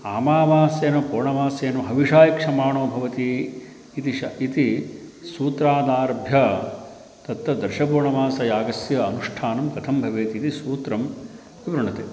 आमावास्यन पूर्णमासेन हविषा यक्षमाणो भवति इति श इति सूत्रादारभ्य तत्र दशपूर्णमासयागस्य अनुष्ठानं कथं भवेत् इति सूत्रं विवृणुते